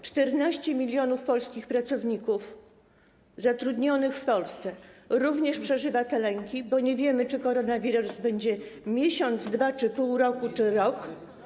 14 mln polskich pracowników zatrudnionych w Polsce również przeżywa te lęki, bo nie wiemy, czy koronawirus będzie trwał miesiąc, dwa miesiące, pół roku czy rok.